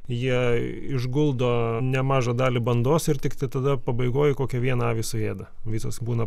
jie išguldo nemažą dalį bandos ir tiktai tada pabaigoj kokią vieną avį suėda visos būna